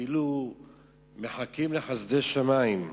כאילו מחכים לחסדי שמים.